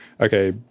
okay